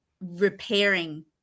repairing